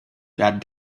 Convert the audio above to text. got